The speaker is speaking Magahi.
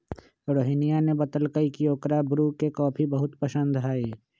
रोहिनीया ने बतल कई की ओकरा ब्रू के कॉफी बहुत पसंद हई